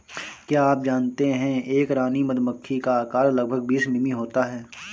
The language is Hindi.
क्या आप जानते है एक रानी मधुमक्खी का आकार लगभग बीस मिमी होता है?